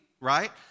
right